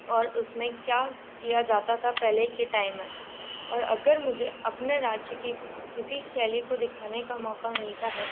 और उसमें क्या किया जाता था पहले के टाइम में और अगर मुझे अपने राज्य के किसी शैली को दिखने का मौक़ा मिलता है